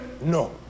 No